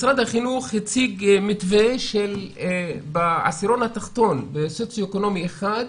משרד החינוך הציג מתווה שבעשירון התחתון במצב סוציו-אקונומי אחד,